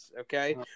okay